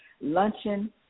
luncheon